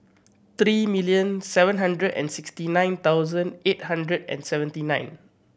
three million seven hundred and sixty nine thousand eight hundred and seventy nine